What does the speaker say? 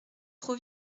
trop